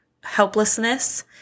helplessness